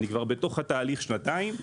אני בתוך התהליך כבר שנתיים.